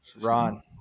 Ron